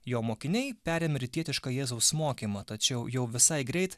jo mokiniai perėmė rytietišką jėzaus mokymą tačiau jau visai greit